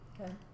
Okay